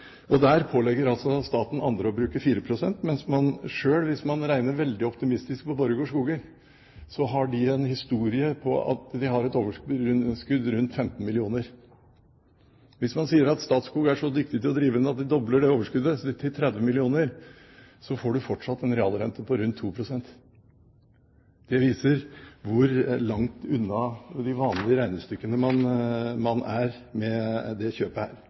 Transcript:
pålegger altså andre å bruke 4 pst. Hvis man regner veldig optimistisk på Borregaard Skoger, så har de en historie på at de har et overskudd på rundt 15 mill. kr. Hvis man sier at Statskog er så dyktig til å drive at de dobler det overskuddet til 30 mill. kr, så får man fortsatt en realrente på rundt 2 pst. Det viser hvor langt unna de vanlige regnestykkene man er med dette kjøpet.